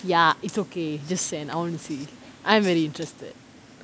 ya it's okay just send I want to see I am very interested